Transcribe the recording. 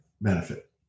benefit